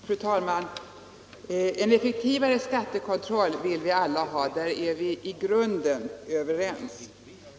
Fru talman! En effektivare skattekontroll vill vi alla ha — där är vi i grunden överens.